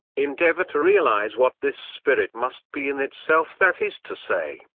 endeavour to realise what this spirit must be in itself that is to say,